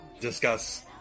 discuss